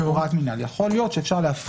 בדואר רשום או במכתב רשום (בפרק זה דואר רשום),